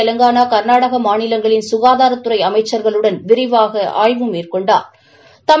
தெலங்கானா கர்நாடகா மாநிலங்களின் ககாதாரத்துறை அமைச்சர்களுடன் விரிவாக ஆய்வு மேற்கொண்டாா்